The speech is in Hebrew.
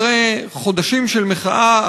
אחרי חודשים של מחאה,